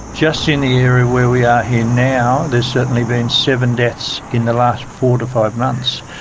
just in the area where we are here now, there's certainly been seven deaths in the last four to five months.